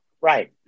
Right